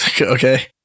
Okay